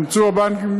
אימצו הבנקים,